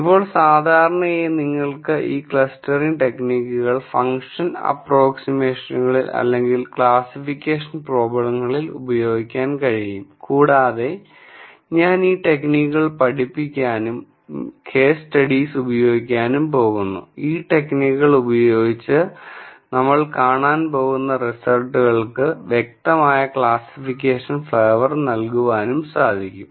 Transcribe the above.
ഇപ്പോൾ സാധാരണയായി നിങ്ങൾക്ക് ഈ ക്ലസ്റ്ററിംഗ് ടെക്നിക്കുകൾ ഫംഗ്ഷൻ അപ്പ്രോക്സിമഷമുകളിൽ അല്ലെങ്കിൽ ക്ലാസ്സിഫിക്കേഷൻ പ്രോബ്ലങ്ങളിൽ ഉപയോഗിക്കാൻ കഴിയും കൂടാതെ ഞാൻ ഈ ടെക്നിക്കുകൾ പഠിപ്പിക്കാനും കേസ് സ്റ്റഡീസ് ഉപയോഗിക്കാനും പോകുന്നു ഈ ടെക്നിക്കുകൾ ഉപയോഗിച്ച് നമ്മൾ കാണാൻ പോകുന്ന റിസൾട്ടുകൾക്കു വ്യക്തമായ ക്ലാസ്സിഫിക്കേഷൻ ഫ്ലേവർ നൽകുവാനും സാധിക്കും